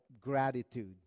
gratitude